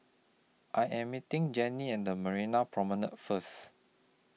I Am meeting Jannie and Marina Promenade First